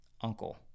uncle